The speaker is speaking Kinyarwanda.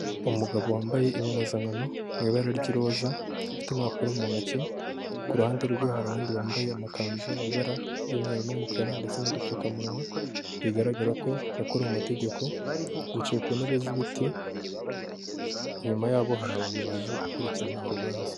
Umugabo wambaye impuzankano mu ibara ry'iroza, afite impapuro mu ntoki, ku ruhande rwe hari abandi bambaye amakanzu mu ibara ry'umweru n'umukara ndetse n'udupfukamunwa, bigaragara ko bakora mu mategeko, bicaye ku ntebe z'ibiti, inyuma yaho hari abantu baje gukurikirana urubanza.